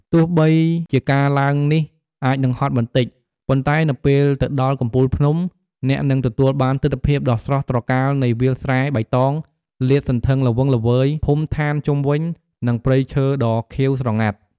ទោះបីជាការឡើងនេះអាចនឹងហត់បន្តិច ប៉ុន្តែនៅពេលទៅដល់កំពូលភ្នំ អ្នកនឹងទទួលបានទិដ្ឋភាពដ៏ស្រស់ត្រកាលនៃវាលស្រែបៃតងលាតសន្ធឹងល្វឹងល្វើយ ភូមិឋានជុំវិញ និងព្រៃឈើដ៏ខៀវស្រងាត់។